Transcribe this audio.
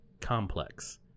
complex